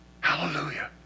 Hallelujah